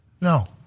No